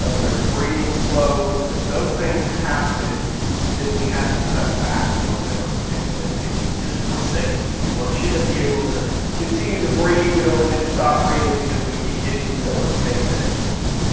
ah their breathing slows. if those things happen then we have to cut back a little bit on your pain medication, just for safety. we want you to be able to continue to breathe, we don't want you to stop breathing because we keep giving you so much pain medication.